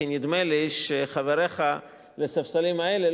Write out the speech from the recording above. כי נדמה לך שחבריך לספסלים האלה,